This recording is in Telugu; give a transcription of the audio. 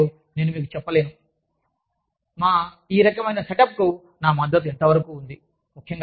మరియు మా ఈ రకమైన ఏర్పాటుకు నా మద్దతు ఎంతవరకు ఉందో నేను మీకు చెప్పలేను